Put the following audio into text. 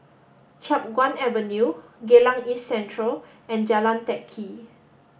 Chiap Guan Avenue Geylang East Central and Jalan Teck Kee